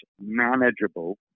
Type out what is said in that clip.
manageable